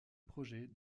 projet